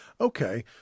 okay